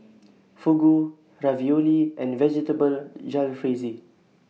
Fugu Ravioli and Vegetable Jalfrezi